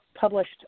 published